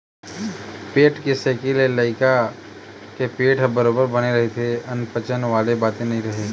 पेट के सेके ले लइका के पेट ह बरोबर बने रहिथे अनपचन वाले बाते नइ राहय